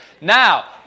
Now